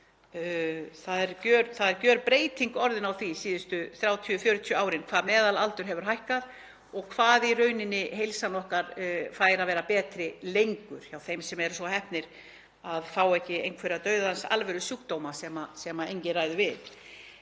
Það er gjörbreyting orðin á því síðustu 30, 40 árin hversu meðalaldur hefur hækkað og hvað í rauninni heilsan okkar fær að vera betri lengur hjá þeim sem eru svo heppnir að fá ekki einhverja dauðans alvörusjúkdóma sem enginn ræður við.